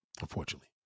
Unfortunately